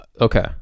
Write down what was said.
Okay